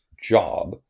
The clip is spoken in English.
job